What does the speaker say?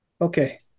Okay